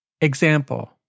Example